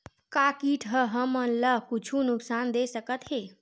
का कीट ह हमन ला कुछु नुकसान दे सकत हे?